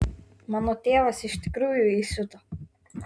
mano tėvas iš tikrųjų įsiuto